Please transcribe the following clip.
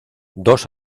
dos